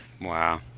Wow